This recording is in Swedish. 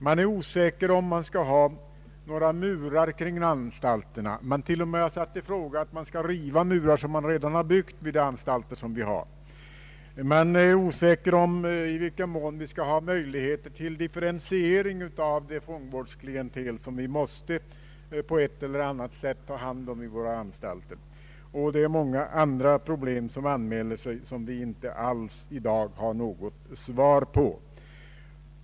Man är osäker om det skall vara murar runt anstalterna. Det har till och med ifrågasatts om murar som har uppförts kring redan byggda anstalter skall rivas. Vidare råder osäkerhet om i vilken mån det skall finnas möjligheter till differentiering av det fångvårdsklientel som vi på ett eller annat sätt måste ta hand om vid våra anstalter. även många andra problem anmäler sig, vilka vi i dag inte har funnit någon lösning på.